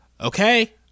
Okay